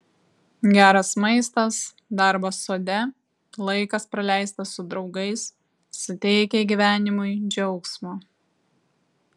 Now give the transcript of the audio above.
geras maistas darbas sode laikas praleistas su draugais suteikia gyvenimui džiaugsmo